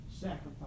sacrifice